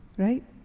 right?